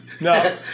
No